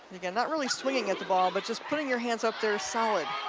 again, not really swinging at the ball but just putting your hand up there solid.